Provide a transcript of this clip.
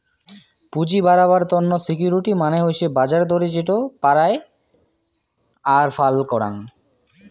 পুঁজি বাড়াবার তন্ন সিকিউরিটি মানে হসে বাজার দরে যেটো পারায় আর ফাল করাং